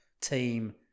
team